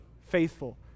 faithful